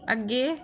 ਅੱਗੇ